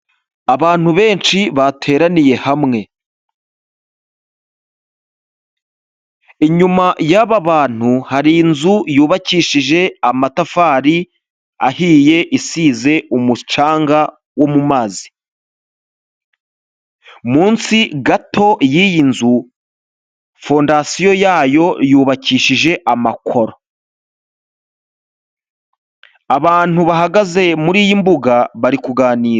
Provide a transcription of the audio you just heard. Abantu benshi bateraniye hamwe inyuma y'aba bantu hari inzu yubakishije amatafari ahiye isize umucanga wo mu mazi, munsi gatoya y'iyi nzu fondasiyo yayo yubakishije amakoro, abantu bahagaze muri iyi mbuga bari kuganira.